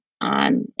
on